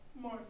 more